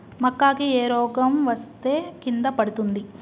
మక్కా కి ఏ రోగం వస్తే కింద పడుతుంది?